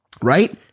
right